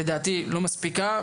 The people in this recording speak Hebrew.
לדעתי לא מספיקה,